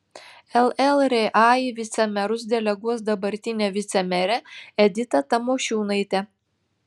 llra į vicemerus deleguos dabartinę vicemerę editą tamošiūnaitę